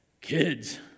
kids